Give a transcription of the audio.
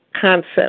concept